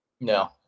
No